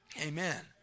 amen